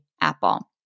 Apple